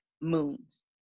moons